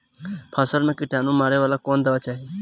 फसल में किटानु मारेला कौन दावा चाही?